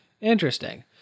interesting